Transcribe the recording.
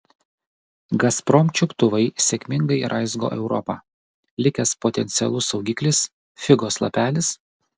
gazprom čiuptuvai sėkmingai raizgo europą likęs potencialus saugiklis figos lapelis